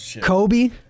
Kobe